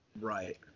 Right